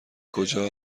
کجا